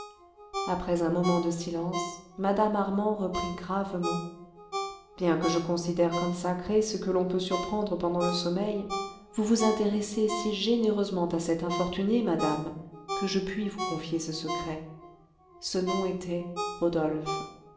après un moment de silence mme armand reprit gravement bien que je considère comme sacré ce que l'on peut surprendre pendant le sommeil vous vous intéressez si généreusement à cette infortunée madame que je puis vous confier ce secret ce nom était rodolphe